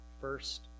First